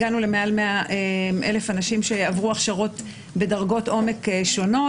הגענו למעל 100,000 אנשים שעברו הכשרות בדרגות עומק שונות,